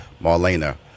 Marlena